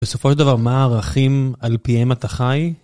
בסופו של דבר, מה הערכים על פיהם אתה חי?